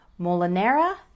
Molinera